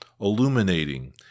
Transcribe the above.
Illuminating